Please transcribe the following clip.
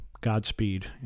Godspeed